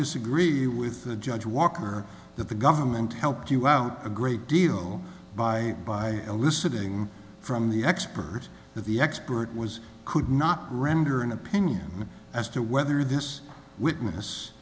disagree with the judge walker that the government helped you out a great deal by by eliciting from the expert that the expert was could not render an opinion as to whether this witness